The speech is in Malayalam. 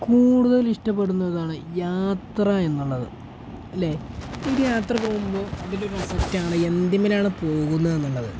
കൂടുതൽ ഇഷ്ടപ്പെടുന്നതാണ് യാത്ര എന്നുള്ളത് അല്ലേ ഇത് യാത്ര പോകുമ്പോൾ അതിലൊരു അസെറ്റാണ് എന്തിനാണ് പോകുന്നത് എന്നുള്ളത്